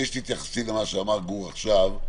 שתתייחסי למה שאמר גור עכשיו,